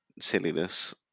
silliness